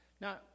Now